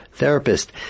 therapist